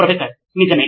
professor నిజమే